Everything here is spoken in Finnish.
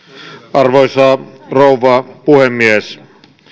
arvoisa rouva puhemies